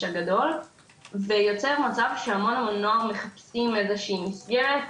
הגדול ויוצר מצב שהמון המון נוער מחפשים איזושהי מסגרת,